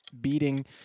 beating